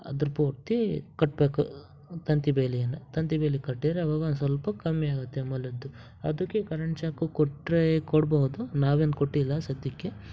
ಅದ್ರ ಪೂರ್ತಿ ಕಟ್ಟಬೇಕು ತಂತಿ ಬೇಲಿಯನ್ನು ತಂತಿ ಬೇಲಿ ಕಟ್ಟಿದ್ರೆ ಆವಾಗ ಒಂದು ಸ್ವಲ್ಪ ಕಮ್ಮಿ ಆಗುತ್ತೆ ಮೊಲದ್ದು ಅದಕ್ಕೇ ಕರೆಂಟ್ ಶಾಕು ಕೊಟ್ಟರೆ ಕೊಡ್ಬೌದು ನಾವು ಏನು ಕೊಟ್ಟಿಲ್ಲ ಸದ್ಯಕ್ಕೆ